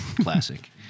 Classic